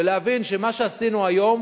ולהבין שמה שעשינו היום